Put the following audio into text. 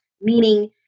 meaning